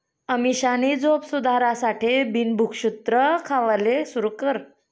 अमीषानी झोप सुधारासाठे बिन भुक्षत्र खावाले सुरू कर